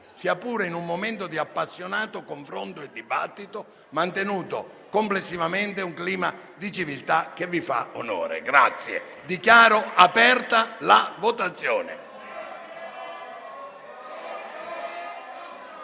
sia pure in un momento di appassionato confronto e dibattito, mantenuto complessivamente un clima di civiltà che fa loro onore. Grazie. *(Segue la votazione).*